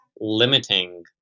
limiting